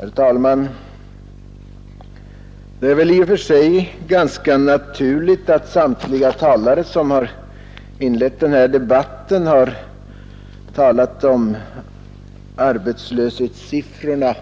Herr talman! Det är i och för sig ganska naturligt att samtliga talare hittills i den här debatten talat om arbetslöshetssiffrorna